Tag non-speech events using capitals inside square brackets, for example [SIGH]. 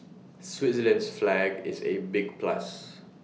Switzerland's flag is A big plus [NOISE]